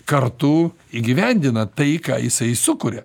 kartu įgyvendina tai ką jisai sukuria